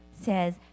says